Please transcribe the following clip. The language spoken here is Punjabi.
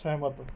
ਸਹਿਮਤ